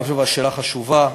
אני חושב שהשאלה חשובה,